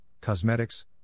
cosmetics